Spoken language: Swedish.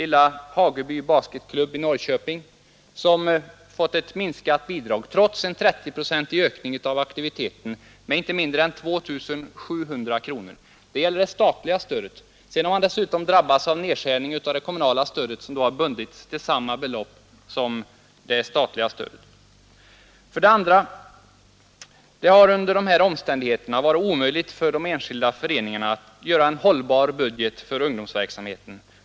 Lilla Hageby basketklubb i Norrköping har fått det statliga bidraget minskat trots en 30-procentig ökning av aktiviteten — med inte mindre än 2700 kronor. Dessutom har klubben drabbats av nedskärning av det kommunala stödet, som har bundits till samma belopp som det statliga. För det andra: Det har under de här omständigheterna varit omöjligt för de enskilda föreningarna att göra en hållbar budget för ungdomsverk samheten.